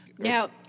Now